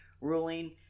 ruling